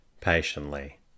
patiently